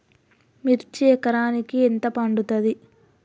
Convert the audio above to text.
మిర్చి ఎకరానికి ఎంత పండుతది?